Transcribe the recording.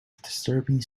disturbing